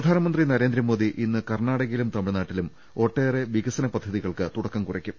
പ്രധാനമന്ത്രി നരേന്ദ്രമോദി ഇന്ന് കർണാടകയിലും തമിഴ്നാട്ടിലും ഒട്ടേറെ വികസന് പദ്ധതികൾക്ക് തുടക്കം കുറിക്കും